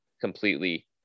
completely